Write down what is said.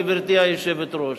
גברתי היושבת-ראש.